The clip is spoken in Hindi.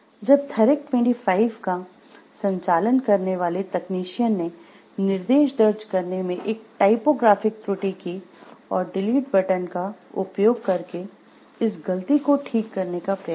जब थेरैक 25 का संचालन करने वाले तकनीशियन ने निर्देश दर्ज करने में एक टाइपोग्राफिक त्रुटि की और डिलीट बटन का उपयोग करके इस गलती को ठीक करने का प्रयास किया